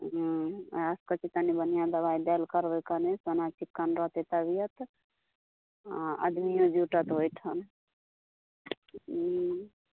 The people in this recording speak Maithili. हूँ वएह कहै छी तनि बढ़िऑं दवाइ देल करू कनि ओना चिकन रहतै तबियत आदमियों जुटत ओहिठाम हूँ